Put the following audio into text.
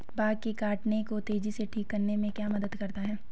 Bug के काटने को तेजी से ठीक करने में क्या मदद करता है?